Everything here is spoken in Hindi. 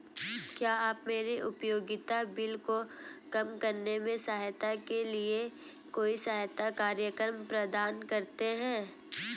क्या आप मेरे उपयोगिता बिल को कम करने में सहायता के लिए कोई सहायता कार्यक्रम प्रदान करते हैं?